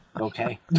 okay